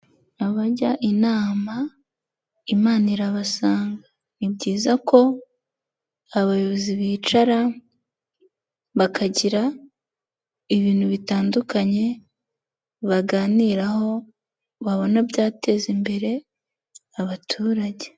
Abajya inama Imana irabasanga, ni byiza ko abayobozi bicara bakagira ibintu bitandukanye baganiraho, babona byateza imbere abaturage.